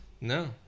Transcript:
No